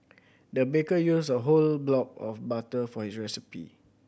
the baker used a whole block of butter for recipe